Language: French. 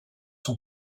son